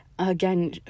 Again